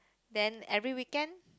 then every weekend